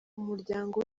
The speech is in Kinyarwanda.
umuryango